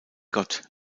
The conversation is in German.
gott